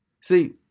See